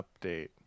update